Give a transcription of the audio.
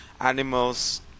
animals